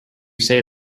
say